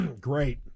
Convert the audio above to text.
great